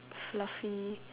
fluffy